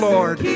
Lord